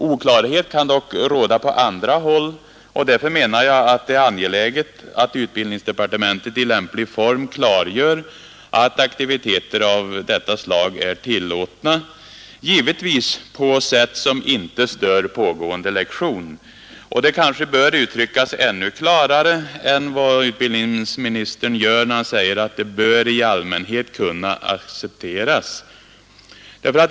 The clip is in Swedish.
Oklarhet kan dock råda på andra håll, och därför menar jag att det är angeläget att utbildningsdepartementet i lämplig form klargör att aktiviteter av detta slag är tillåtna — givetvis på sätt som inte stör pågående lektion. Det kanske bör uttryckas ännu klarare än vad utbildningsministern gör när han säger att det ”bör i allmänhet kunna accepteras”.